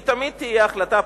היא תמיד תהיה החלטה פוליטית.